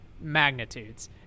magnitudes